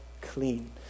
clean